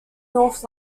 north